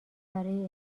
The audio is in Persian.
برای